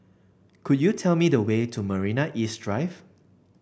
could you tell me the way to Marina East Drive